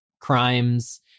crimes